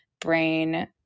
brain